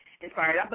inspired